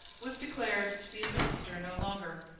was declared to be a minister no longer,